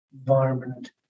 environment